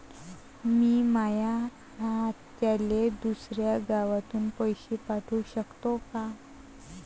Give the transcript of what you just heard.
मी माया आत्याले दुसऱ्या गावातून पैसे पाठू शकतो का?